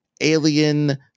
alien